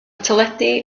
teledu